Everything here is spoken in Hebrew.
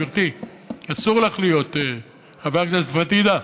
גברתי חברת הכנסת פדידה,